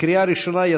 לקריאה ראשונה.